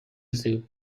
zoo